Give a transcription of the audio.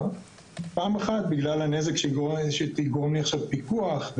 ראשית, בגלל הנזק שיגרום לי עכשיו פיקוח.